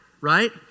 right